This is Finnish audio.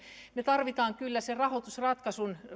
me tarvitsemme kyllä sen rahoitusratkaisun